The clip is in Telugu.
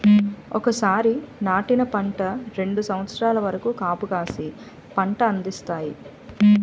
ఒకసారి నాటిన పంట రెండు సంవత్సరాల వరకు కాపుకాసి పంట అందిస్తాయి